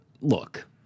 look